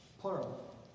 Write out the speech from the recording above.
Plural